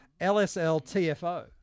LSLTFO